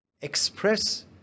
express